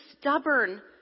stubborn